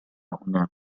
هنا